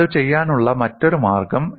അതു ചെയ്യാനുള്ള മറ്റൊരു മാർഗ്ഗം